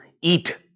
eat